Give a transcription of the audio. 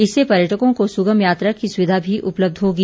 इससे पर्यटकों को सुगम यात्रा की सुविधा भी उपलब्ध होगी